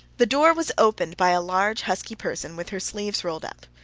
the door was opened by a large, husky person with her sleeves rolled up.